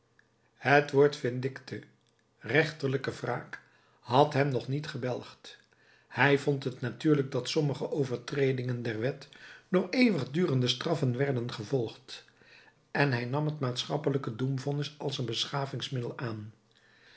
het woord vindicte rechterlijke wraak had hem nog niet gebelgd hij vond het natuurlijk dat sommige overtredingen der wet door eeuwigdurende straffen werden gevolgd en hij nam het maatschappelijke doemvonnis als een beschavingsmiddel aan